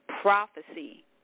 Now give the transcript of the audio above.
prophecy